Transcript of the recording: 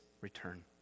return